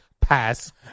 Pass